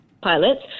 pilots